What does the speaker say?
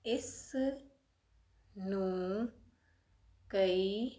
ਇਸ ਨੂੰ ਕਈ